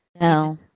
no